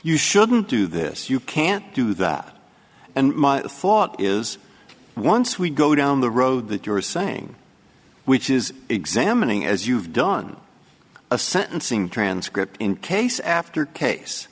you shouldn't do this you can't do that and my thought is once we go down the road that you're saying which is examining as you've done a sentencing transcript in case after case